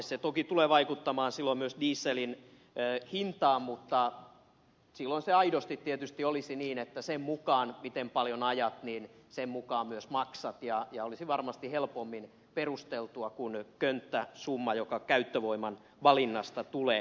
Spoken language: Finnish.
se toki tulee vaikuttamaan silloin myös dieselin hintaan mutta silloin se aidosti tietysti olisi niin että sen mukaan miten paljon ajat myös maksat ja olisi varmasti helpommin perusteltua kuin könttäsumma joka käyttövoiman valinnasta tulee